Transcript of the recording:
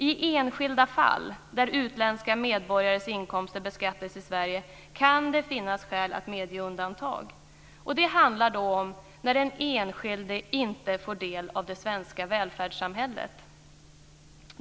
I enskilda fall, där utländska medborgares inkomster beskattas i Sverige, kan det finnas skäl att medge undantag. Det handlar om när den enskilde inte får del av det svenska välfärdssamhället.